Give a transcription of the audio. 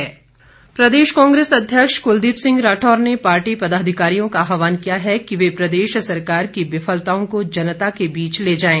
कांग्रेस प्रदेश कांग्रेस अध्यक्ष कुलदीप सिंह राठौर ने पार्टी पदाधिकारियों का आवाहन किया है कि वह प्रदेश सरकार की विफलताओं को जनता के बीच ले जाएं